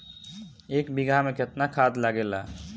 एक बिगहा में केतना खाद लागेला?